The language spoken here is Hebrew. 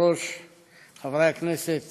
הראשונה שבהצעות